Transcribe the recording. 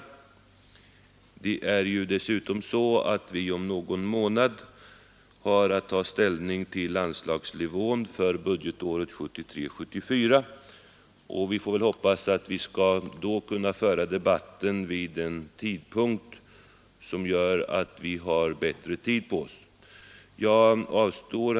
Dessutom har vi ju om någon månad att ta ställning till anslagsnivån för budgetåret 1973/74, och vi får väl hoppas att vi då skall kunna föra debatten vid en tidpunkt som gör att vi har bättre tid på oss. Herr talman!